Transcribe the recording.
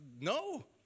No